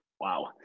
wow